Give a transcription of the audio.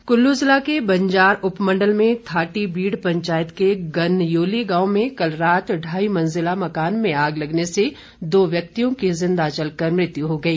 आग कुल्लू जिला के बंजार उपमंडल में थाटीबीड़ पंचायत के गनयोली गांव में कल रात ढाई मंजिला मकान में आग लगने से दो व्यक्तियों की ज़िंदा जलकर मृत्यु हो गई